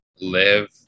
live